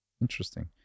interesting